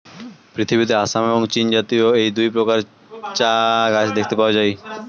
পৃথিবীতে আসাম এবং চীনজাতীয় এই দুই প্রকারের চা গাছ দেখতে পাওয়া যায়